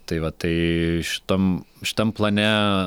tai va tai šitam šitam plane